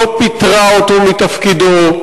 לא פיטרה אותו מתפקידו,